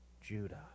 Judah